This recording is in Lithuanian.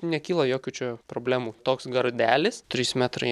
nekyla jokių čia problemų toks gardelis trys metrai